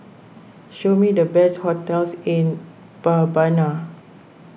show me the best hotels in Bahebana